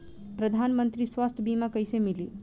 प्रधानमंत्री स्वास्थ्य बीमा कइसे मिली?